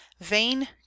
vain